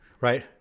Right